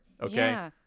okay